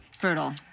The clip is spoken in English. Brutal